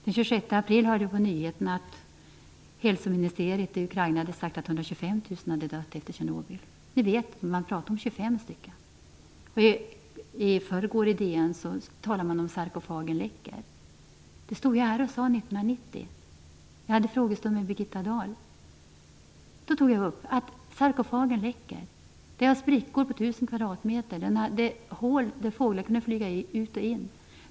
Den 26 april hörde jag på Nyheterna att hälsoministeriet i Ukraina hade sagt att 125 000 hade dött efter Tjernobyl. Man pratade om 25 stycken. I förrgår skrev man i DN att sarkofagen läcker. Det stod jag här och sade 1990. Det var en frågestund med Birgitta Dahl. Då tog jag upp att sarkofagen läcker. Det var sprickor på 1 000 kvadratmeter. Den hade hål där fåglar kunde flyga ut och in.